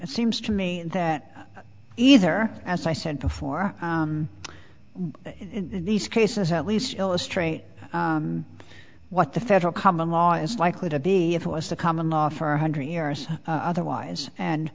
it seems to me that either as i said before in these cases at least illustrate what the federal common law is likely to be as well as the common law for one hundred years otherwise and